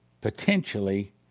potentially